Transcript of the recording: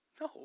No